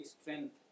strength